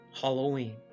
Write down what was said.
Halloween